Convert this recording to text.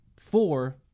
four